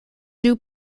due